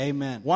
Amen